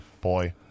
boy